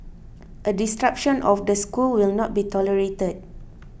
a disruption of the school will not be tolerated